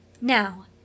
Now